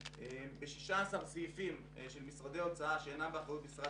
ב-16 סעיפים של משרדי הוצאה (שאינם באחריות משרד